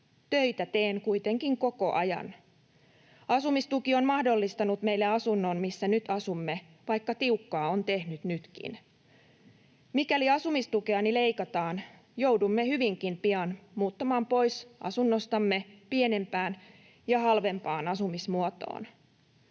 Töitä teen kuitenkin koko ajan. Asumistuki on mahdollistanut meille asunnon, missä nyt asumme, vaikka tiukkaa on tehnyt nytkin. Mikäli asumistukeani leikataan, joudumme hyvinkin pian muuttamaan pois asunnostamme pienempään ja halvempaan asumismuotoon.